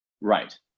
Right